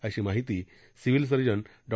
अशी माहिती civil surgeon डॉ